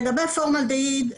לגבי פורמלדהיד,